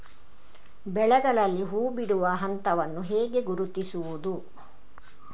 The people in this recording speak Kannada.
ಬೆಳೆಗಳಲ್ಲಿ ಹೂಬಿಡುವ ಹಂತವನ್ನು ಹೇಗೆ ಗುರುತಿಸುವುದು?